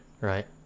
right